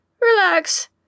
Relax